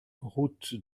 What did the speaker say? route